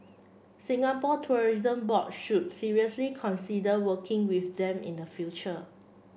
Singapore Tourism Board should seriously consider working with them in the future